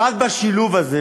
רק בשילוב הזה,